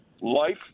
life